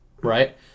right